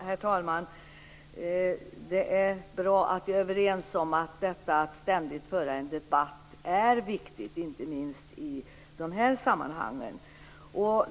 Herr talman! Det är bra att vi är överens om att det är viktigt att ständigt föra en debatt inte minst i de här sammanhangen.